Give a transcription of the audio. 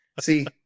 See